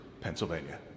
Pennsylvania